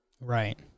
Right